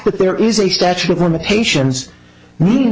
that there is a statute of limitations m